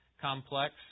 complex